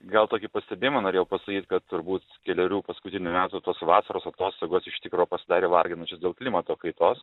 gal tokį pastebėjimą norėjau pasakyt kad turbūt kelerių paskutinių metų tos vasaros atostogos iš tikro pasidarė varginančios dėl klimato kaitos